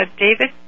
David